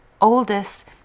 oldest